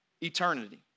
eternity